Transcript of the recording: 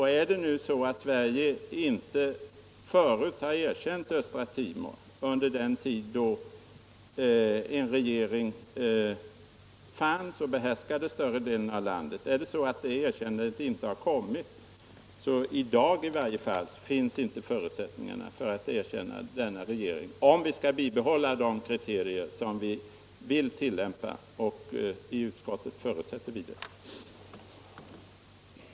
Om nu Sverige inte förut har erkänt Östra Timor, under den tid då en regering fanns som behärskade större delen av landet. så finns i varje fall inte i dag förutsättningarna för att erkänna denna regering. om vi skall bibehålla de kriterier som vi vill ullämpa — och i utskottet förutsätter vi det. den det ej vill röstar nej. den det ej vill röstar nej.